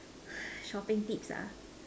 shopping tips